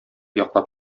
яклап